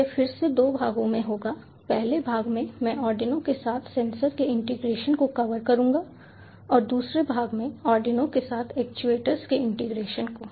तो यह फिर से दो भागों में होगा पहले भाग में मैं आर्डिनो के साथ सेंसर के इंटीग्रेशन को कवर करूंगा और दूसरे भाग में आर्डिनो के साथ एक्चुएटर्स के इंटीग्रेशन को